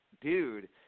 Dude